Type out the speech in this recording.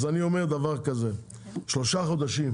אז אני אומר דבר כזה: שלושה חודשים